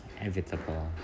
inevitable